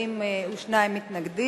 נגד,